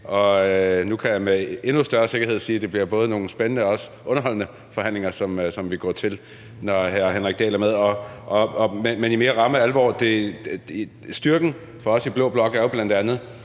Nu kan jeg med endnu større sikkerhed sige, at det bliver både nogle spændende og også underholdende forhandlinger, som vi går til, når hr. Henrik Dahl er med. Men i mere ramme alvor: Styrken for os i blå blok er jo bl.a.,